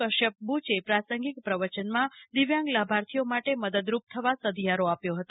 કશ્થપ બુચે પ્રાસંગિક પ્રવયનમાં દિવ્યાંગલાભાર્થીઓ માટે મદદરૂપ થવા સધિયારો આપ્યો હતો